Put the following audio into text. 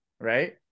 right